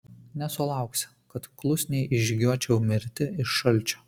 nesulauksi kad klusniai išžygiuočiau mirti iš šalčio